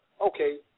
Okay